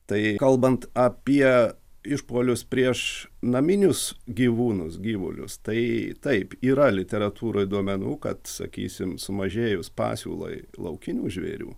tai kalbant apie išpuolius prieš naminius gyvūnus gyvulius tai taip yra literatūroj duomenų kad sakysim sumažėjus pasiūlai laukinių žvėrių